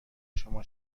شما